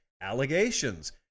Allegations